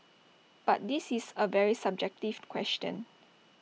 but this is A very subjective question